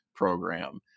program